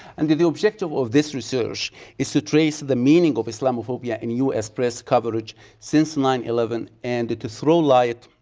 and the the objective of this research is to trace the meaning of islamophobia in us press coverage sine nine eleven. and to throw light